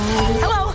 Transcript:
Hello